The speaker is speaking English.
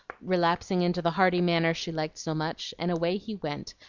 relapsing into the hearty manner she liked so much and away he went,